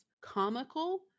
comical